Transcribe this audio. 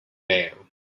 bail